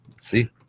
see